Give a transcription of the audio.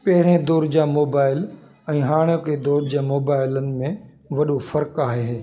पहिरें दौरु जा मोबाइल ऐं हाणोकि दौरु जा मोबाइलनि में वॾो फ़र्कु आहे